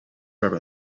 around